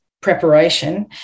preparation